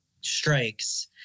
strikes